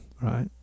right